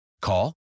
Call